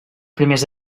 primers